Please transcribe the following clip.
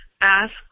ask